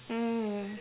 mm